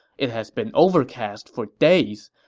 it has been overcast for days,